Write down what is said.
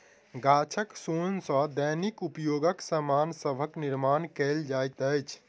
गाछक सोन सॅ दैनिक उपयोगक सामान सभक निर्माण कयल जाइत अछि